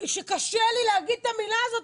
שקשה לי להגיד את המילה הזאת,